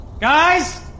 Guys